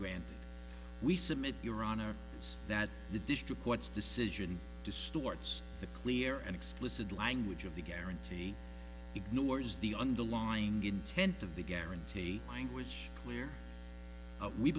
granted we submit your honor that the district court's decision distorts the clear and explicit language of the guarantee ignores the underlying intent of the guarantee language where